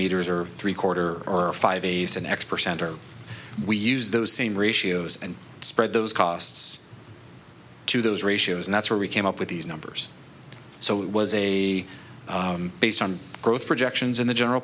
meters are three quarter or five days and x percent or we use those same ratios and spread those costs to those ratios and that's where we came up with these numbers so it was a based on growth projections in the general